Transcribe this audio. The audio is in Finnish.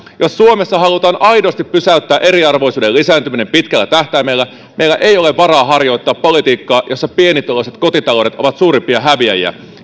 jos suomessa halutaan aidosti pysäyttää eriarvoisuuden lisääntyminen pitkällä tähtäimellä meillä ei ole varaa harjoittaa politiikkaa jossa pienituloiset kotitaloudet ovat suurimpia häviäjiä